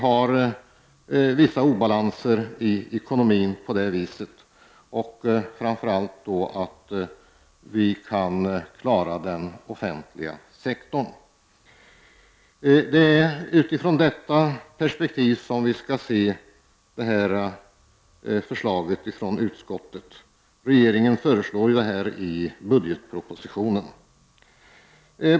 Det finns vissa obalanser i ekonomin. Framför allt gäller det att klara den offentliga sektorn. Det är utifrån detta perspektiv som vi skall se förslaget från utskottet och vad regeringen föreslår i budgetpropositionen.